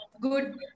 good